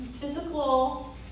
Physical